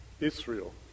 Israel